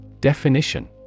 Definition